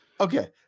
Okay